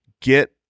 get